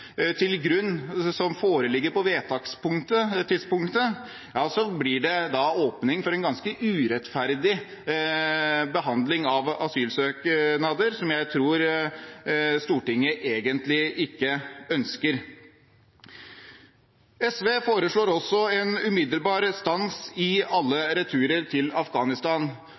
til grunn nye opplysninger som foreligger på vedtakstidspunktet, åpnes det for en ganske urettferdig behandling av asylsøknader, noe jeg tror Stortinget egentlig ikke ønsker. SV foreslår også en umiddelbar stans av alle returer til Afghanistan.